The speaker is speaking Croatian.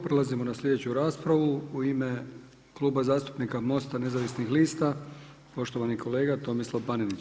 Prelazimo na sljedeću raspravu, u ime Kluba zastupnika Mosta nezavisnih lista, poštovani kolega, Tomislav Panenić.